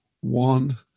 one